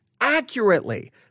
accurately